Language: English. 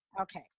Okay